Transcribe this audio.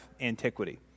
antiquity